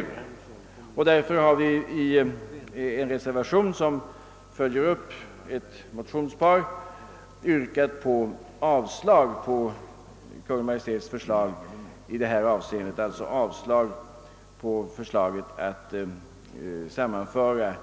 Av denna anledning har vi i en reservation som följer upp ett motionspar yrkat avslag på Kungl. Maj:ts förslag i detta avseende, d.v.s. avslag på förslaget att sammanföra